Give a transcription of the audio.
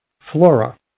Flora